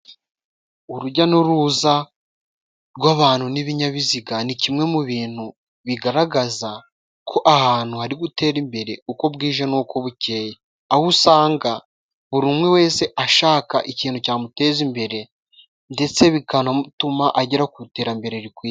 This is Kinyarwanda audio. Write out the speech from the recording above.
Urujya n'uruza rw'abantu n'ibinyabiziga ni kimwe mu bintu bigaragaza ko ahantu hari gutera imbere uko bwije n'uko bukeye, aho usanga buri umwe wese ashaka ikintu cyamuteza imbere, ndetse bikanatuma agera ku iterambere rikwiye.